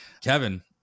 Kevin